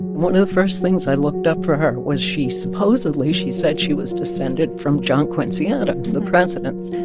one of the first things i looked up for her was she supposedly she said she was descended from john quincy adams, the president.